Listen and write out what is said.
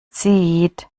zieht